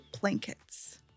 blankets